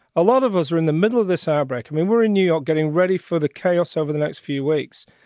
a lot of us are in the middle of this outbreak. and we were in new york getting ready for the chaos over the next few weeks.